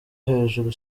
hejuru